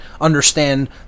understand